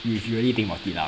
if you really think about it lah